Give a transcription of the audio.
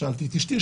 שאלתי את אישתי,